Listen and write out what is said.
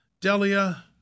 Delia